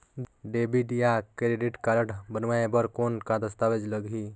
Debit या credit card बनवाय बर कौन का दस्तावेज लगही?